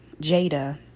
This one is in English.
Jada